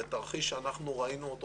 בתרחיש שאנחנו ראינו אותו,